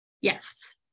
Yes